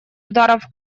ударов